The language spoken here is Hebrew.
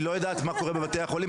היא לא יודעת מה קורה בבתי החולים,